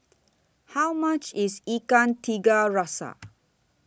How much IS Ikan Tiga Rasa